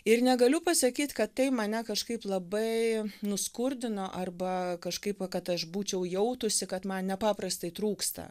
ir negaliu pasakyt kad tai mane kažkaip labai nuskurdino arba kažkaip va kad aš būčiau jautusi kad man nepaprastai trūksta